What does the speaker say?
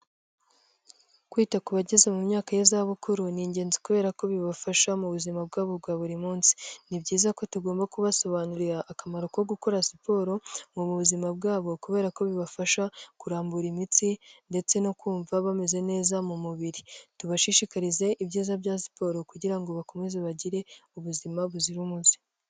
Kwita ku bageze mu myaka y'izabukuru ni ingenzi kubera ko bibafasha mu buzima bwabo bwa buri munsi, ni byiza ko tugomba kubasobanurira akamaro ko gukora siporo ngo mu buzima bwabo kubera ko bibafasha kurambura imitsi ndetse no kumva bameze neza mu mubiri. Tubashishikarize ibyiza bya siporo kugira ngo bakomeze bagire ubuzima buzira umuze.